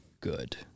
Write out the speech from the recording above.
good